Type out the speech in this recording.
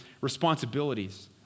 responsibilities